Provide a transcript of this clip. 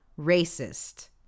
racist